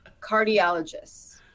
Cardiologists